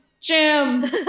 jim